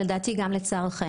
ונראה שגם לצערכם,